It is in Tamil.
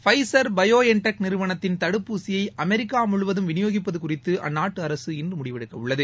பைச் பையோ என் டெக் நிறுவனத்தின் தடுப்பூசியை அமெரிக்கா முழுவதும் விநியோகிப்பது குறித்து அந்நாட்டு அரசு இன்று முடிவெடுக்கவுள்ளது